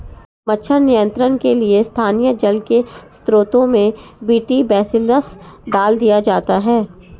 मच्छर नियंत्रण के लिए स्थानीय जल के स्त्रोतों में बी.टी बेसिलस डाल दिया जाता है